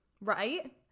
Right